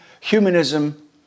humanism